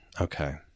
okay